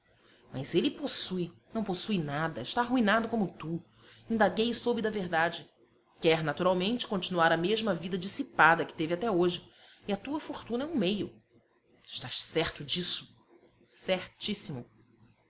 mas ele possui não possui nada está arruinado como tu indaguei e soube da verdade quer naturalmente continuar a mesma vida dissipada que teve até hoje e a tua fortuna é um meio estás certo disso certíssimo